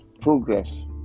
Progress